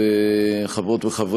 גם לך.